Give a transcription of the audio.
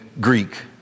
Greek